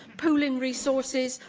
pooling resources,